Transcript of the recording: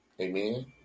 Amen